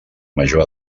major